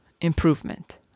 improvement